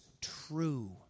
true